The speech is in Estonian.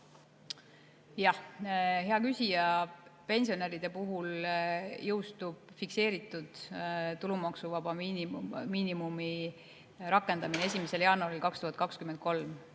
hea küsija! Pensionäride puhul jõustub fikseeritud tulumaksuvaba miinimumi rakendamine 1. jaanuaril 2023.